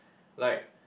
like